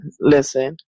listen